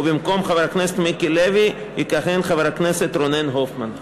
ובמקום חבר הכנסת מיקי לוי יכהן חבר הכנסת רונן הופמן.